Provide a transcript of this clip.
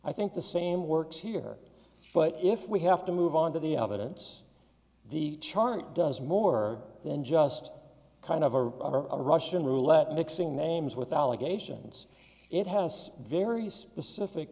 i think the same works here but if we have to move on to the evidence the chart does more than just kind of are a russian roulette mixing names with allegations it has very specific